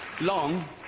Long